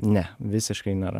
ne visiškai nėra